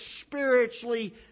spiritually